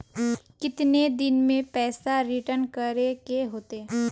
कितने दिन में पैसा रिटर्न करे के होते?